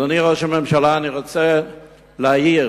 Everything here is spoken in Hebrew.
אדוני ראש הממשלה, אני רוצה להעיר